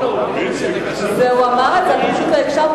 הוא אמר את זה, אתה פשוט לא הקשבת.